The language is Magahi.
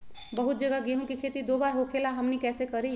बहुत जगह गेंहू के खेती दो बार होखेला हमनी कैसे करी?